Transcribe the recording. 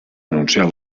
anunciar